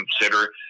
consider